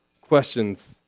questions